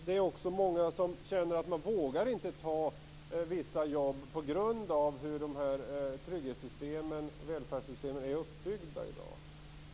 Det är också många som känner att de inte vågar ta vissa jobb på grund av hur välfärdssystemen är uppbyggda.